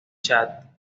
chad